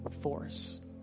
force